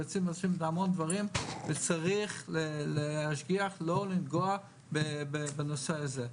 זה הציל אנשים מהמון דברים וצריך להשגיח לא לנגוע בנושא הזה.